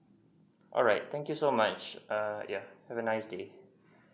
alright thank you so much err yeah have a nice day